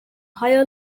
higher